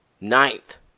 Ninth